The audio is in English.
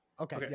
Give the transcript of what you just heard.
okay